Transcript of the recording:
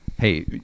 Hey